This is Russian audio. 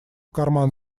карман